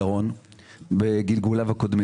איפה הוספתם עובדים?